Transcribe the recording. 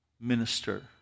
minister